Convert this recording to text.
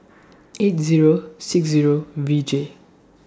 eight Zero six Zero V J